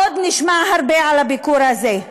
עוד נשמע הרבה על הביקור הזה.